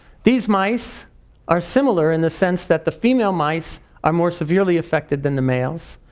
these mice are similar in the sense that the female mice are more severely effected than the males.